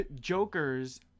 Joker's